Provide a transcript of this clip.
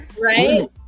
right